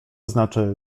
znaczy